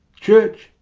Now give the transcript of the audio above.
church,